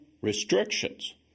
restrictions